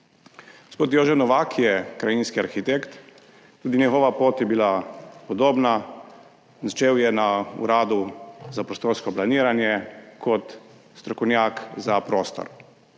Gospod Jože Novak je krajinski arhitekt. Tudi njegova pot je bila podobna, začel je na Uradu za prostorsko planiranje kot strokovnjak za prostor,